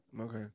Okay